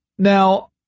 Now